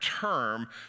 term